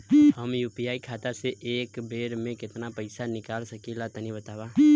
हम यू.पी.आई खाता से एक बेर म केतना पइसा निकाल सकिला तनि बतावा?